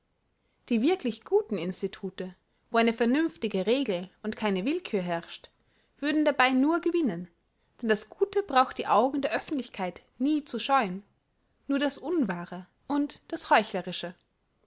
die wirklich guten institute wo eine vernünftige regel und keine willkühr herrscht würden dabei nur gewinnen denn das gute braucht die augen der oeffentlichkeit nie zu scheuen nur das unwahre und das heuchlerische